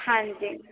ਹਾਂਜੀ